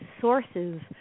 sources